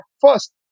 First